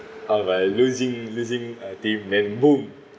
how if i losing losing uh day the boom